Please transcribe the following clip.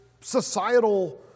societal